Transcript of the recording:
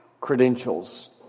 Credentials